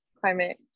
climate